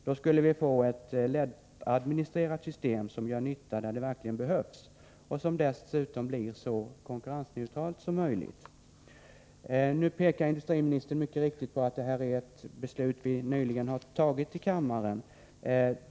Då skulle vi få ett lättadministrerat system som gör nytta där det verkligen behövs, och som dessutom blir så konkurrensneutralt som möjligt. Nu pekar industriministern mycket riktigt på att vi nyligen har tagit det här beslutet i kammaren.